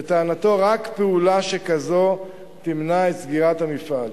לטענתו, רק פעולה שכזו תמנע את סגירת המפעל.